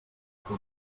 que